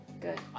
Good